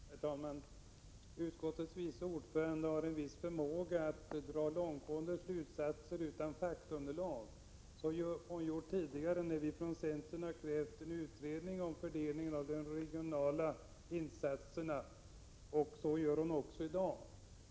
Herr talman! Utskottets vice ordförande har en viss förmåga att dra långtgående slutsatser utan faktaunderlag. Hon har gjort det tidigare, när vi 113 insatserna, och hon gör det också i dag.